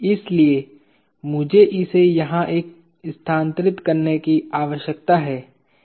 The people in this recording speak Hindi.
इसलिए मुझे इसे यहां स्थानांतरित करने की आवश्यकता है